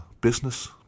business